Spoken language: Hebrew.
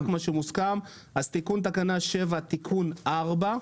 רק מה שמוסכם, אז תיקון תקנה 7 תיקון (4)